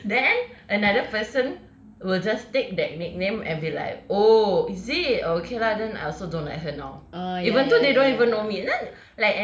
then another person will just take that nickname and be like oh is it okay lah then I also don't like her now even though they don't even know me know then like